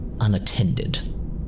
unattended